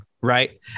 right